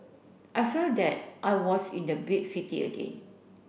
I felt that I was in the big city again